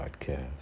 podcast